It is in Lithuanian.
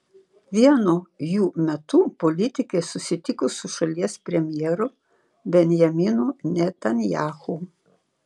vieno jų metu politikė susitiko su šalies premjeru benjaminu netanyahu